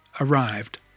arrived